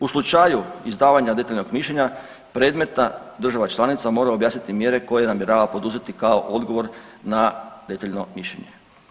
U slučaju izdavanja detaljnog mišljenja predmetna država članica mora objasniti mjere koje namjerava poduzeti kao odgovor na detaljno mišljenje.